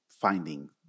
finding